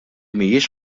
mhijiex